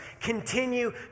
Continue